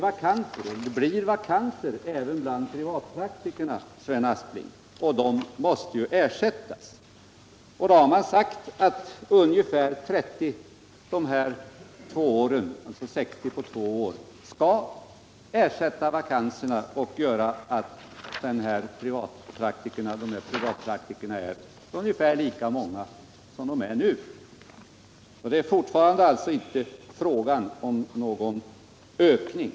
Men det blir vakanser även bland privatläkarna, Sven Aspling, och de måste fyllas. Man har då sagt att 60 läkare under två års tid skall fylla dessa vakanser och åstadkomma att privatpraktikerna blir ungefär lika många som de är i dag. Det är alltså inte fråga om någon ökning.